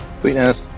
Sweetness